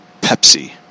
Pepsi